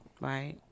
Right